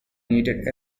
needed